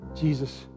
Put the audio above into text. Jesus